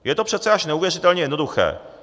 Je to přece až neuvěřitelně jednoduché.